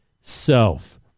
self